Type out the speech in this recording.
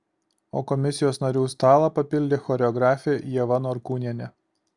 o komisijos narių stalą papildė choreografė ieva norkūnienė